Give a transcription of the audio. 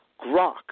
grok